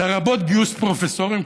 לרבות גיוס פרופסורים,